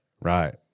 right